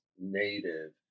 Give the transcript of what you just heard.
native